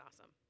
awesome